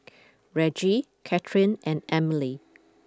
Reggie Kathyrn and Emilie